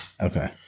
Okay